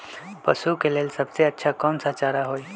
पशु के लेल सबसे अच्छा कौन सा चारा होई?